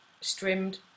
strimmed